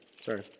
Sorry